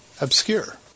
obscure